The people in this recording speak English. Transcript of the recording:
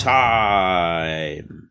time